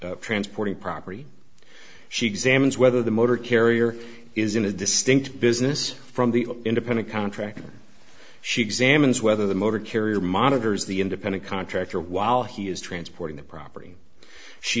of transporting property she examines whether the motor carrier is in a distinct business from the independent contractor she examines whether the motor carrier monitors the independent contractor while he is transporting the property she